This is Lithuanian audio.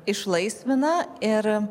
išlaisvina ir